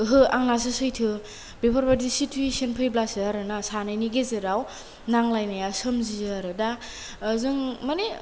ओहो आंनासो सैथो बेफोरबायदि सितुयेसन फैब्लासो आरोना सानैनि गेजेराव नांलायनाया सोमजियो आरो दा जों माने